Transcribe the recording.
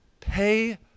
pay